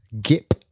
Gip